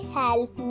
help